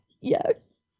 yes